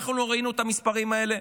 אנחנו ראינו את המספרים האלה.